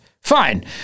Fine